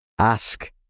Ask